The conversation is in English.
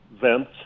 vents